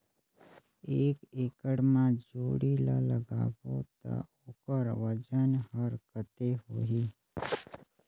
एक एकड़ मा जोणी ला लगाबो ता ओकर वजन हर कते होही?